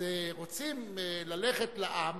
אז רוצים ללכת לעם